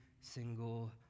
single